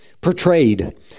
portrayed